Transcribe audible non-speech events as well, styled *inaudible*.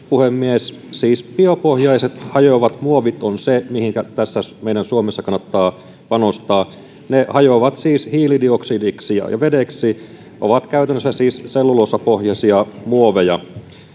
*unintelligible* puhemies biopohjaiset hajoavat muovit ovat niitä mihinkä meidän täällä suomessa kannatta panostaa ne hajoavat hiilidioksidiksi ja vedeksi ovat käytännössä siis selluloosapohjaisia muoveja